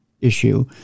issue